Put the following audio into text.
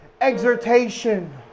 exhortation